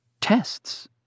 Tests